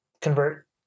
convert